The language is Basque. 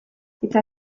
eta